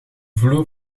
vloer